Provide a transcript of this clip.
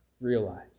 realize